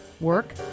work